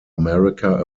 america